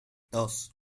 dos